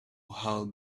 how